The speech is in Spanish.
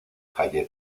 calle